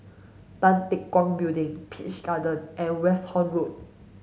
Tan Teck Guan Building Peach Garden and Westerhout Road